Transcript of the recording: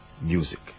music